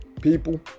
People